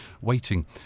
Waiting